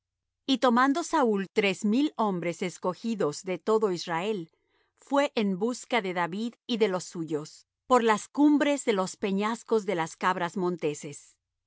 y tomando saúl tres mil hombres escogidos de todo israel fué en busca de david y de los suyos por las cumbres de los peñascos de las cabras monteses